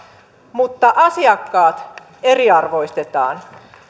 mutta asiakkaat eriarvoistetaan